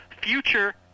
future